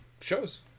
shows